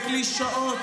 בקלישאות,